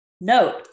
Note